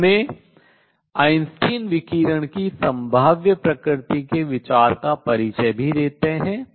इसमें आइंस्टीन विकिरण की संभाव्य प्रकृति के विचार का भी परिचय देते हैं